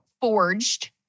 forged